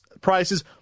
prices